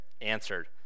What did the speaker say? answered